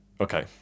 Okay